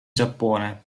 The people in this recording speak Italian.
giappone